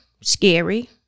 scary